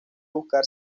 buscar